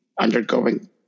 undergoing